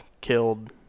killed